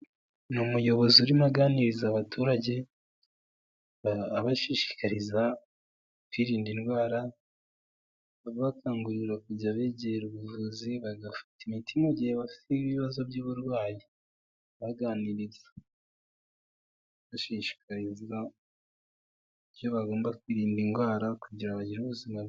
Ni umuyobozi urimo aganiriza abaturage abashishikariza kwirinda indwara abakangurira kujya abegera ubuvuzi bagafata imiti mu gihe bafite ibibazo by'uburwayi bagani bashishikazwa ibyo bagomba kwirinda indwara kugira ngo bagire ubuzima bubi.